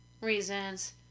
reasons